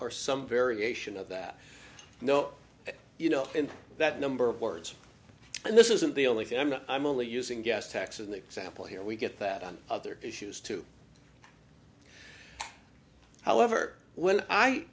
or some variation of that no you know in that number of words and this isn't the only thing i'm not i'm only using gas tax an example here we get that on other issues too however when i